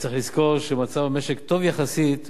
צריך לזכור שמצב המשק טוב יחסית,